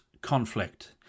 conflict